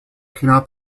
cannot